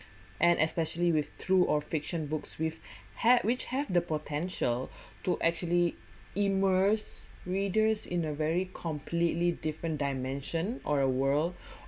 and especially with true or fiction books with have which have the potential to actually immerse readers in a very completely different dimension or a world